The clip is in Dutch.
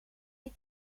die